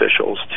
officials